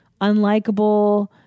unlikable